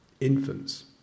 infants